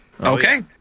Okay